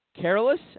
careless